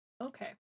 Okay